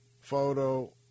photo